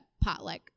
potluck